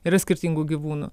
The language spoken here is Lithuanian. yra skirtingų gyvūnų